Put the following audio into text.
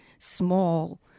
small